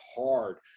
hard